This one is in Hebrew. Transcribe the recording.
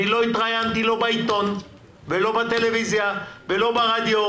אני לא התראיינתי לא בעיתון ולא בטלוויזיה ולא ברדיו,